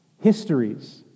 histories